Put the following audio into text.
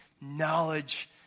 knowledge